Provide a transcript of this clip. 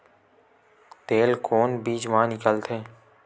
तेल कोन बीज मा निकलथे?